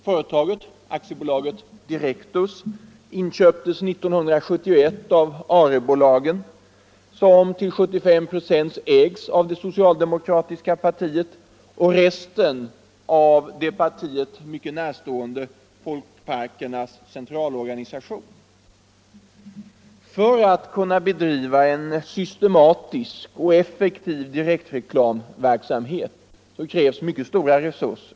Företaget - Direktus AB — inköptes 1971 av Arebolagen, som till 75 96 ägs av det socialdemokratiska partiet. Resten ägs av den partiet mycket närstående Folkparkernas centralorganisation. För att kunna bedriva en systematisk och effektiv direktreklamverksamhet krävs stora resurser.